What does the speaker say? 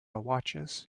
watches